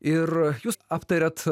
ir jūs aptariat